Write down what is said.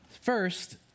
First